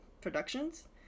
productions